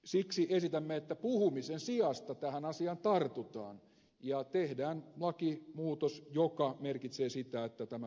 siksi esitämme että puhumisen sijasta tähän asiaan tartutaan ja tehdään lakimuutos joka merkitsee sitä että tämä tarveharkinta poistuu